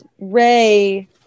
Ray